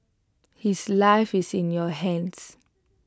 his life is in your hands